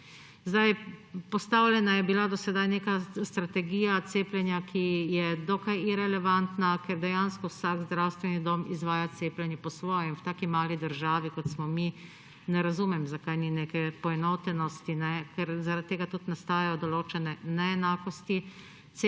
bila postavljena neka strategija cepljenja, ki je dokaj irelevantna, ker dejansko vsak zdravstveni dom izvaja cepljenje po svoje. V taki mali državi, kot smo mi, ne razumem, zakaj ni neke poenotenosti, ker zaradi tega tudi nastajajo določene neenakosti.